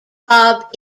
bob